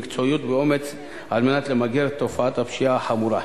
במקצועיות ובאומץ על מנת למגר את תופעת הפשיעה החמורה.